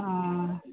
অঁ